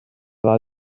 ddau